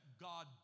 God